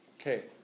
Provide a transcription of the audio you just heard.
Okay